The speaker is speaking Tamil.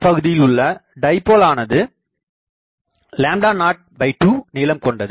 பின் பகுதியில் உள்ள டைபோல் ஆனது 02நீளம் கொண்டது